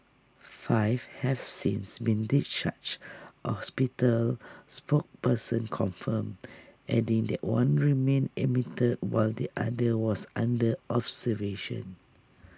five have since been discharged A hospital spokesperson confirmed adding that one remained admitted while the other was under observation